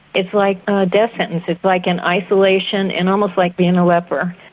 it's like a death sentence it's like an isolation and almost like being a leper.